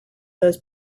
those